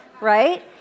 right